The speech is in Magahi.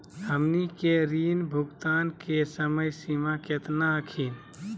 हमनी के ऋण भुगतान के समय सीमा केतना हखिन?